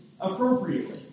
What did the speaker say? appropriately